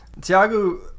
Tiago